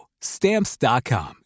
Stamps.com